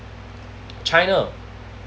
china